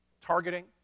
targeting